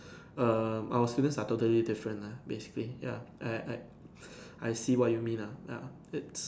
um our students are totally different lah basically ya I I I see what you mean lah ya it's